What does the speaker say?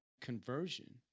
conversion